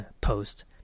post